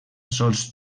sols